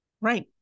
right